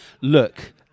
look